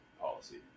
policy